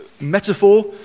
metaphor